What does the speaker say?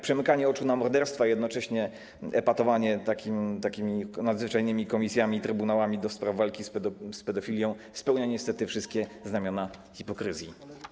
Przymykanie oczu na morderstwa i jednocześnie epatowanie takimi nadzwyczajnymi komisjami, trybunałami do spraw walki z pedofilią spełnia niestety wszystkie znamiona hipokryzji.